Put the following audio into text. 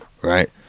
right